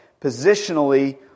positionally